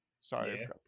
sorry